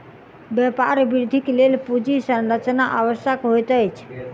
व्यापार वृद्धिक लेल पूंजी संरचना आवश्यक होइत अछि